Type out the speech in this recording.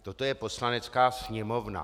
Toto je Poslanecká sněmovna.